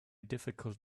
difficult